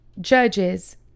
judges